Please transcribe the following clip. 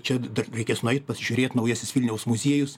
čia reikės nueit pasižiūrėt naujasis vilniaus muziejus